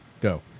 go